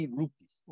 rupees